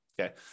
okay